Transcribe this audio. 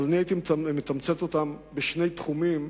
אבל אני הייתי מתמצת אותן בשני תחומים,